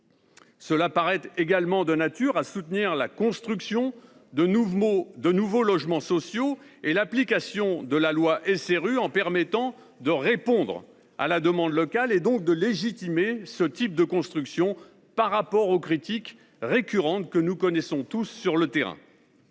paraît également de nature à soutenir la construction de nouveaux logements sociaux et l’application de la loi SRU, de répondre ainsi à la demande locale et de légitimer ce type de construction face aux critiques récurrentes que nous entendons tous sur le terrain.